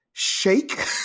shake